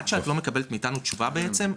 עד שאת לא מקבלת מאתנו תשובה בעצם,